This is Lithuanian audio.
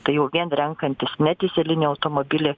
tai jau vien renkantis ne dyzelinį automobilį